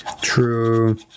True